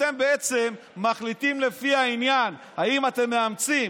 אתם בעצם מחליטים לפי העניין אם אתם מאמצים